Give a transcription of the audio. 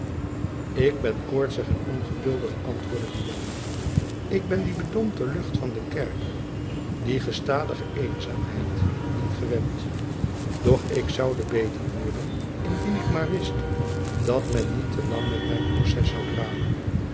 ik ben koortsig en ongedurig antwoordde buat ik ben die bedompte lucht van den kerker die gestadige eenzaamheid niet gewend doch ik zoude beter worden indien ik maar wist dat men niet te lang met mijn proces zoû dralen